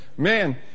Man